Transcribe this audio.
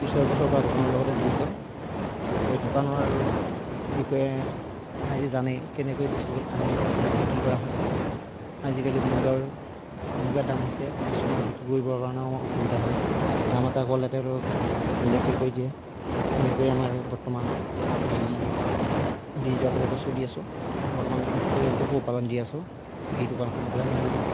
এই ছয়বছৰৰপৰা দোকানৰ লগতে জড়িত এই দোকানৰ বিষয়ে ৰাইজে জানেই কেনেকৈ বস্তুবিলাক আনি ইয়াত বিক্ৰী কৰা হয় আজিকালি মূল্যৰ এনেকুৱা দাম হৈছে কাষ্টমাৰক বিক্ৰী কৰিবৰ কাৰণেও আমাৰ অসুবিধা হয় দাম এটা ক'লে তেওঁলোকক বেলেগকৈ কৈ দিয়ে এনেকৈয়ে আমাৰ বৰ্তমান এই চলি আছো বৰ্তমান পৰিয়ালটো পোহপালন দি আছো এই দোকানখনৰ পৰাই মূল